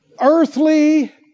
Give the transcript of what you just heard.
earthly